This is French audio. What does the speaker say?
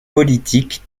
politique